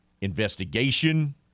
investigation